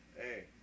Hey